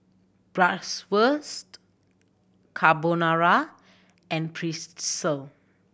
Bratwurst Carbonara and Pretzel